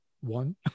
one